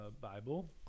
Bible